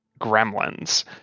gremlins